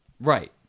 right